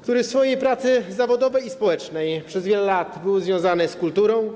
i który w swojej pracy zawodowej i społecznej przez wiele lat był związany z kulturą.